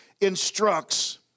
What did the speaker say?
instructs